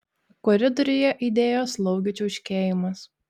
koridoriuje aidėjo slaugių čiauškėjimas